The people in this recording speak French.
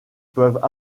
peuvent